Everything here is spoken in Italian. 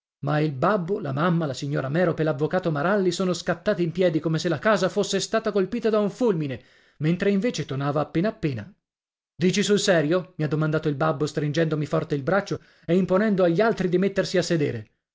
ma il babbo la mamma la signora merope e l'avvocato maralli sono scattati in piedi come se la casa fosse stata colpita da un fulmine mentre invece tonava appena appena dici sul serio mi ha domandato il babbo stringendomi forte il braccio e imponendo agli altri di mettersi a sedere